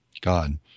God